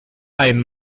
einen